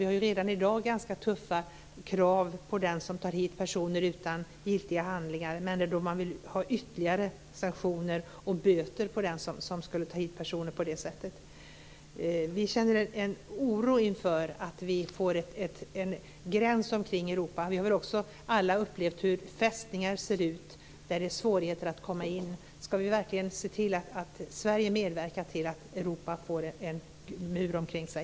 Vi har redan i dag ganska tuffa krav på den som tar hit personer utan giltiga handlingar, men man vill ha ytterligare sanktioner och böter för den som tar hit personer på det sättet. Vi känner en oro inför att vi ska få en gräns omkring Europa. Vi har alla upplevt hur fästningar ser ut där det är svårt att komma in. Ska vi verkligen se till att Sverige medverkar till att Europa får en mur omkring sig?